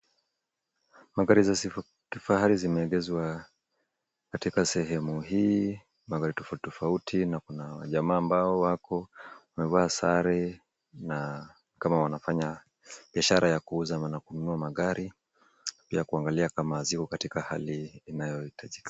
Magari za sifa kifahari zimeegezwa katika sehemu hii. Magari tofauti tofauti na kuna majamaa ambao wapo wamevaa sare na kama wanafanya biashara ya kuuza na kununua magari, pia kuangalia kama ziko katika hali inayohitajika.